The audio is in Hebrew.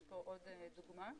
יש פה עוד דוגמה.